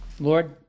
Lord